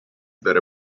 that